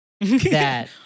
that-